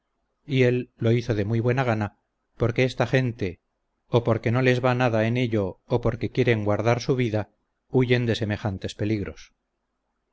y él lo hizo de muy buena gana porque esta gente o porque no les va nada en ello o porque quieren guardar su vida huyen de semejantes peligros